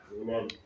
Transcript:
Amen